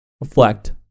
reflect